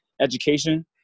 education